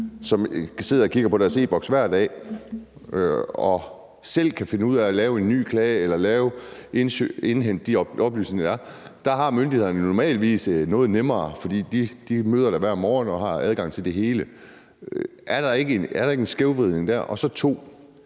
som sidder og kigger i deres e-Boks hver dag og selv kan finde ud af at lave en ny klage eller indhente de oplysninger, der er. Der har myndighederne det jo normalvis noget nemmere, for de møder hver morgen og har adgang til det hele. Er der ikke en skævvridning der? Den